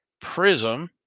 Prism